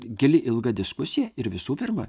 gili ilga diskusija ir visų pirma